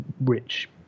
rich